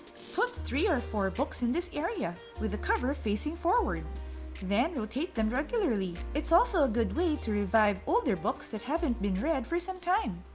put three or four books in this area with the covers facing forward then rotate them regularly. it's also a good way to revive older books that haven't been read for some time.